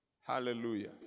Hallelujah